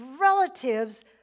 relatives